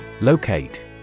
Locate